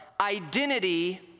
identity